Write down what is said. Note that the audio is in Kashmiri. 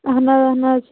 اَہَن حظ اَہَن حظ